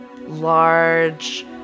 large